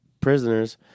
prisoners